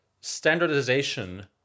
standardization